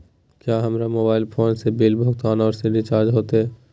क्या हमारा mobile phone से बिल भुगतान और रिचार्ज होते?